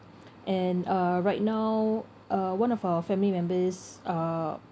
and uh right now uh one of our family members are